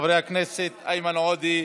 חברי הכנסת איימן עודה,